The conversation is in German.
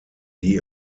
die